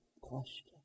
question